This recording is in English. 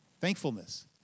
thankfulness